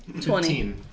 Twenty